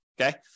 okay